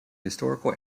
historical